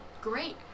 great